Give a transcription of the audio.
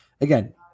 again